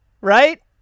Right